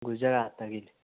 ꯒꯨꯖꯔꯥꯠꯇꯒꯤꯅꯤ